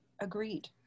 agreed